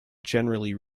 generally